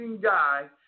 guy